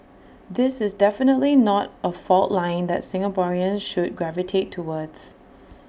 this is definitely not A fault line that Singaporeans should gravitate towards